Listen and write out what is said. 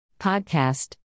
Podcast